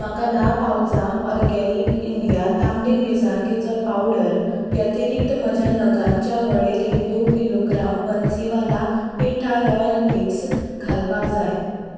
म्हाका धा पावचां ऑर्गेनीक इंडिया तांबडे मिरसांगेचो पावडर व्यतिरिक्त म्हज्या नगांच्या वळेरेंत दोन kilogram Bansiwala petha royal mix घालपाक जाय